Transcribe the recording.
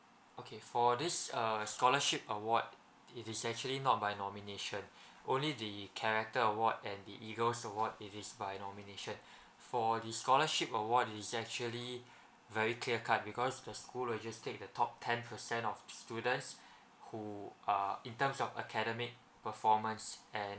okay for this uh scholarship award it is actually not by nomination only the character award and the eagles award if it's by nomination for the scholarship award is actually very clear cut because the school logistic the top ten percent of students who are in terms of academic performance and